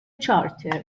charter